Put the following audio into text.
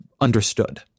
understood